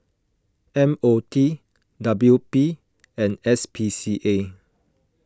M O T W P and S P C A